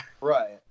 right